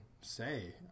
say